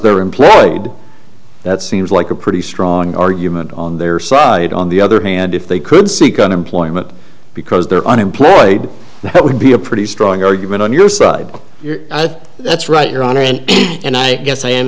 they're employed that seems like a pretty strong argument on their side on the other hand if they could seek unemployment because they're unemployed that would be a pretty strong argument on your that's right your honor and i guess i am